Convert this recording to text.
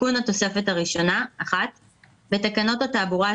תיקון התוספת הראשונה ב בתקנות התעבורה,